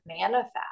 manifest